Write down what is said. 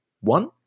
one